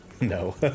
No